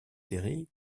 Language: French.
séries